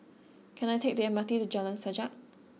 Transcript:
can I take the M R T to Jalan Sajak